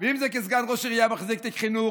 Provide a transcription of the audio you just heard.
ואם זה כסגן ראש עירייה מחזיק תיק חינוך,